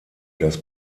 dass